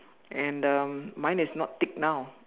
and um mine is not thick now